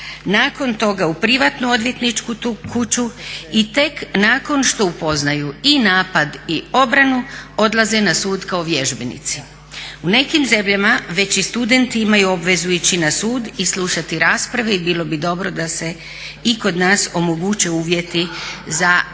Nakon toga u privatnu odvjetničku kuću i tek nakon što upoznaju i napad i obranu odlaze na sud kao vježbenici. U nekim zemljama već i studenti imaju obvezu ići na sud i slušati rasprave i bilo bi dobro da se i kod nas omoguće uvjeti za takav